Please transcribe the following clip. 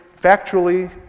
factually